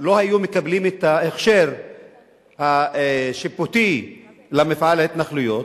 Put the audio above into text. לא היו מקבלים את ההכשר השיפוטי למפעל ההתנחלויות,